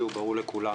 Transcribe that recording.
ברור לכולנו.